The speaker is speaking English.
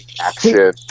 action